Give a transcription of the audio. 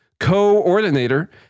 Co-ordinator